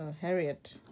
Harriet